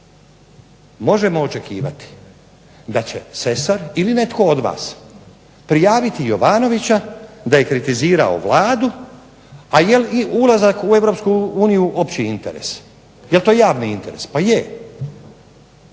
možemo očekivati da će Sesar ili netko od vas prijaviti Jovanovića da je kritizirao Vladu, a jel ulazak u Europsku uniju opći interes, jel to javni interes, pa je.